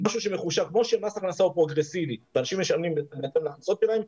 כמו שמס הכנסה הוא פרוגרסיבי ואנשים משלמים בהתאם להכנסות שלהם,